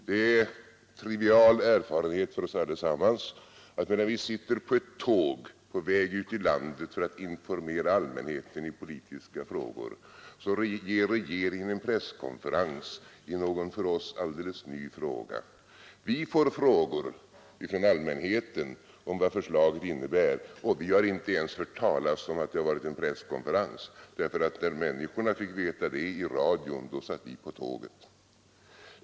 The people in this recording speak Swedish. Det är en trivial erfarenhet för oss allesammans att medan vi sitter på ett tåg på väg ut i landet för att informera allmänheten i politiska frågor ger regeringen en presskonferens i någon för oss alldeles ny fråga. Vi får frågor från allmänheten om vad förslaget innebär, och vi har inte ens hört talas om att det varit någon presskonferens, därför att när människorna fick veta det i radion satt vi på tåget.